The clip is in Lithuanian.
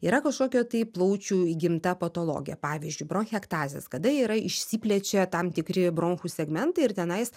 yra kažkokia tai plaučių įgimta patologija pavyzdžiui bronchektazės kada yra išsiplečia tam tikri bronchų segmentai ir tenais